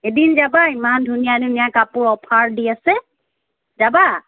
এদিন যাবা ইমান ধুনীয়া ধুনীয়া কাপোৰ অফাৰত দি আছে যাবা